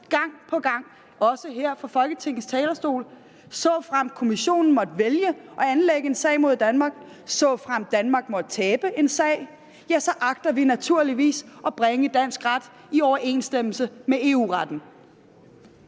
har slået fast, også her fra Folketingets talerstol, at såfremt Kommissionen måtte vælge at anlægge en sag mod Danmark, og såfremt Danmark måtte tabe en sag, så agter vi naturligvis at bringe dansk ret i overensstemmelse med EU-retten.